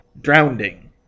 drowning